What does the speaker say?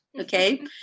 okay